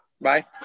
Bye